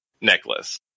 necklace